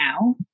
now